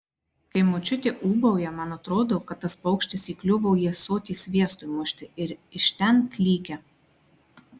kai močiutė ūbauja man atrodo kad tas paukštis įkliuvo į ąsotį sviestui mušti ir iš ten klykia